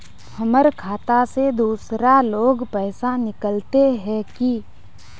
हमर खाता से दूसरा लोग पैसा निकलते है की?